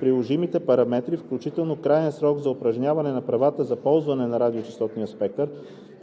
приложимите параметри, включително краен срок за упражняване на правата за ползване на радиочестотен спектър,